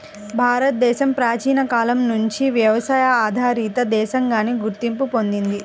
భారతదేశం ప్రాచీన కాలం నుంచి వ్యవసాయ ఆధారిత దేశంగానే గుర్తింపు పొందింది